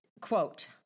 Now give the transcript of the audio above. Quote